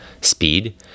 speed